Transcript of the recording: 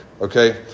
Okay